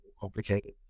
complicated